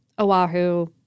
Oahu